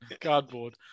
cardboard